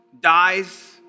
dies